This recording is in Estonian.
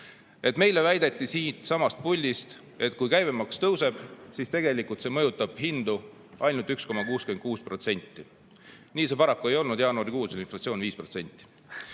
meile väideti siitsamast puldist, et kui käibemaks tõuseb, siis tegelikult see mõjutab hindu ainult 1,66%. Nii see paraku ei olnud, jaanuarikuus oli inflatsioon 5%.